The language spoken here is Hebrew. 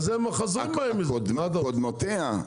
קודמותיה.